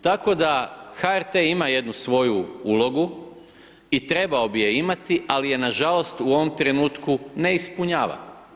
Tako da, HRT ima jednu svoju ulogu i trebao bi je imati, ali je nažalost u ovom trenutku ne ispunjava.